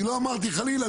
אני לא אמרתי חלילה,